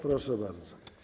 Proszę bardzo.